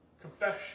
confession